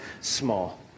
small